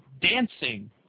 dancing